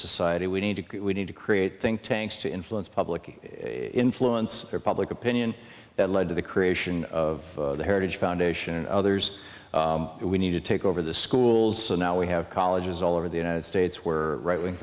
society we need to we need to create think tanks to influence public influence or public opin and that led to the creation of the heritage foundation and others we need to take over the schools so now we have colleges all over the united states where right wing